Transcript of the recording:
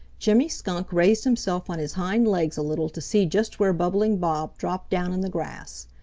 jimmy skunk raised himself on his hind-legs a little to see just where bubbling bob dropped down in the grass.